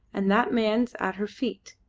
and that man's at her feet.